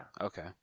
Okay